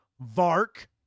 Vark